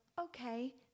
okay